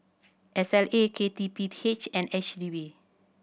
S L A K T P H and H D B